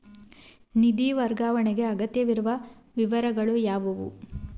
ನಿಧಿ ವರ್ಗಾವಣೆಗೆ ಅಗತ್ಯವಿರುವ ವಿವರಗಳು ಯಾವುವು?